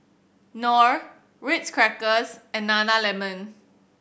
Knorr Ritz Crackers and Nana Lemon